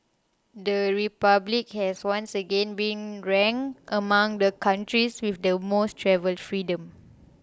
the Republic has once again been ranked among the countries with the most travel freedom